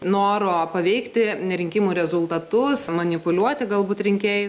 noro paveikti ne rinkimų rezultatus manipuliuoti galbūt rinkėjais